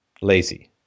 lazy